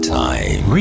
time